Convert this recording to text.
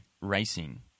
racing